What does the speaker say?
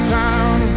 town